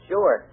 Sure